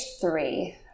three